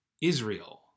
Israel